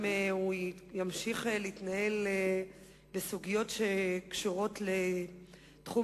אם הוא ימשיך להתנהל בסוגיות שקשורות לתחום